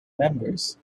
members